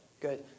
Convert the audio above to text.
Good